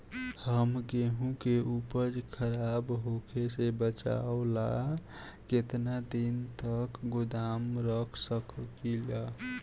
हम गेहूं के उपज खराब होखे से बचाव ला केतना दिन तक गोदाम रख सकी ला?